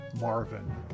Marvin